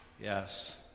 yes